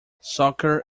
soccer